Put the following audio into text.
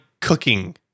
cooking